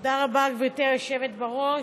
תודה רבה, גברתי היושבת בראש.